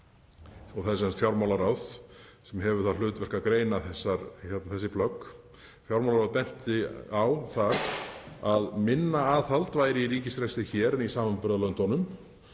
er sem sagt fjármálaráð sem hefur það hlutverk að greina þessi plögg. Fjármálaráð benti á það að minna aðhald væri í ríkisrekstri hér en í samanburðarlöndunum